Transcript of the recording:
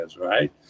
Right